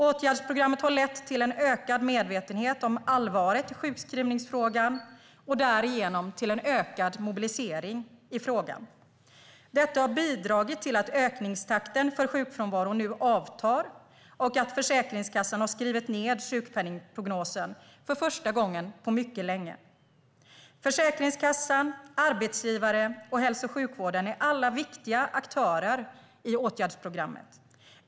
Åtgärdsprogrammet har lett till ökad medvetenhet om allvaret i sjukskrivningsfrågan och därigenom till ökad mobilisering i frågan. Detta har bidragit till att ökningstakten för sjukfrånvaron nu avtar och att Försäkringskassan har skrivit ned sjukpenningprognosen för första gången på mycket länge. Försäkringskassan, arbetsgivare och hälso och sjukvården är alla viktiga aktörer i åtgärdsprogrammet.